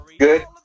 Good